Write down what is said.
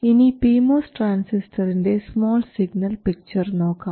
ഇനി P MOS ട്രാൻസിസ്റ്ററിൻറെ small signal picture നോക്കാം